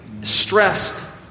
stressed